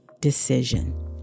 decision